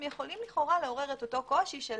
יכולים לכאורה לעורר אותו קושי של